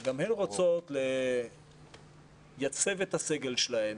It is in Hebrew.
שגם הן רוצות לייצב את הסגל שלהן,